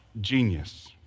genius